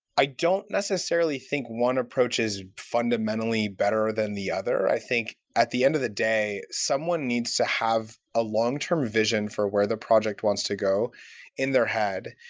i don't necessarily think one approach is fundamentally better than the other. i think, at the end of the day, someone needs to have a long-term vision for where the project wants to go in their head,